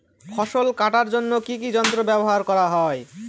ফসল কাটার জন্য কি কি যন্ত্র ব্যাবহার করা হয়?